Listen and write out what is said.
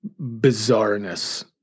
bizarreness